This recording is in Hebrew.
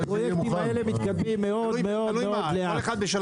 הפרויקטים האלה מתקדמים מאוד-מאוד לאט.